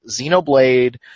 Xenoblade